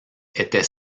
était